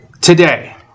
today